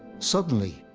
suddenly.